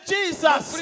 Jesus